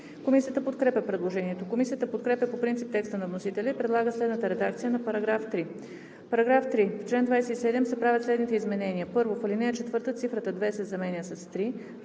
Комисията подкрепя предложението. Комисията подкрепя по принцип текста на вносителя и предлага следната редакция на § 3: „§ 3. В чл. 27 се правят следните изменения: 1. В ал. 4 цифрата „2“ се заменя с „3“.